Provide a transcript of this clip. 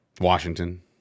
Washington